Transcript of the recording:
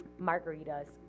margaritas